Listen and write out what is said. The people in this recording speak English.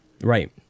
right